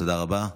תודה רבה.